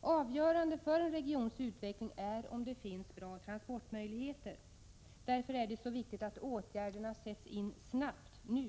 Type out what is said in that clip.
Avgörande för en regions utveckling är att det finns bra transportmöjligheter. Därför är det så viktigt att åtgärderna sätts in snabbt, nu.